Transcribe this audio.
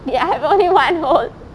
ya I have only one hole